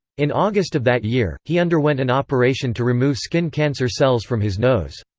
in august of that year, he underwent an operation to remove skin cancer cells from his nose.